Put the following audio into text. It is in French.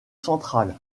central